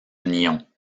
nyons